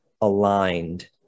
aligned